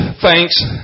thanks